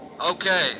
Okay